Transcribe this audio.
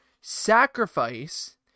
Sacrifice